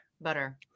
Butter